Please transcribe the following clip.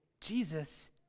Jesus